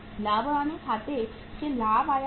लाभ और हानि खाते से लाभ यहाँ आया है